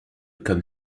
comme